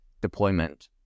deployment